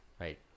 Right